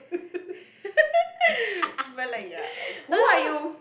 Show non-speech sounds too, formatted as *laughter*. *laughs* but like ya who are you